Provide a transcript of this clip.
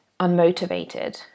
unmotivated